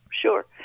Sure